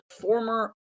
former